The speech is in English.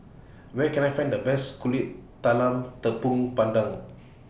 Where Can I Find The Best Talam Tepong Pandan